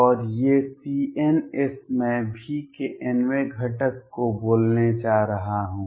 और ये Cns मैं V के nवें घटक को बोलने जा रहा हूं